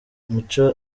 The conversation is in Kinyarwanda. muco